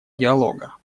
диалога